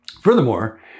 Furthermore